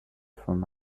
from